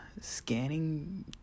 scanning